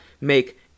make